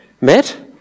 met